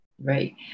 Right